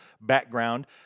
background